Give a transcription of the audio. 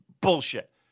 bullshit